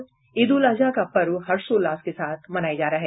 और ईद उल अजहा का पर्व हर्षोल्लास के साथ मनाया जा रहा है